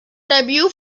debut